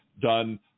done